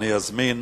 אזמין